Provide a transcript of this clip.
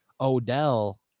Odell